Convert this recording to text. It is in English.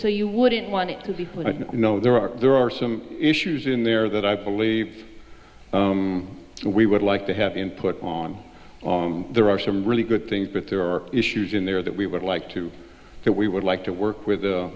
so you wouldn't want it to be what i know there are there are some issues in there that i believe we would like to have input on there are some really good things but there are issues in there that we would like to that we would like to work with a